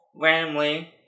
randomly